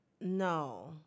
No